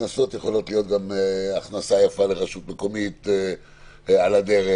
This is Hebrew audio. שקנסות זה יכול להיות גם הכנסה יפה לרשות מקומית על הדרך.